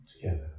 Together